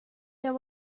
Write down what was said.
there